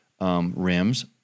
rims